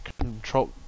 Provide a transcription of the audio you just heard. control